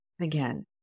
again